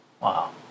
Wow